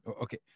Okay